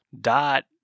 dot